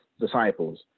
disciples